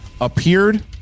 Appeared